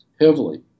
heavily